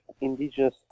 Indigenous